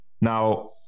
Now